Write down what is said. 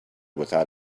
without